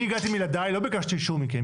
אני הגעתי עם ילדיי, לא ביקשתי אישור מכם.